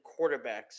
quarterbacks